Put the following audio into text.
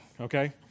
okay